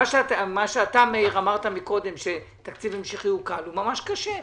מאיר, אתה קודם שתקציב המשכי הוא קל, הוא ממש קשה.